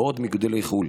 ועוד מגידולי חו"ל.